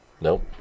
nope